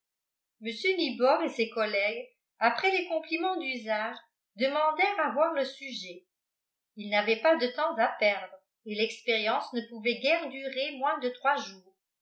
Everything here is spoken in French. nibor et ses collègues après les compliments d'usage demandèrent à voir le sujet ils n'avaient pas de temps à perdre et l'expérience ne pouvait guère durer moins de trois jours